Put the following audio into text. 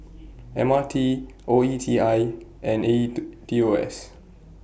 M R T O E T I and A E The T O S